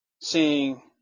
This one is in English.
seeing